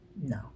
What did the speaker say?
No